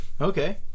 Okay